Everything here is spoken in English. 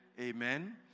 Amen